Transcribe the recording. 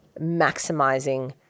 maximizing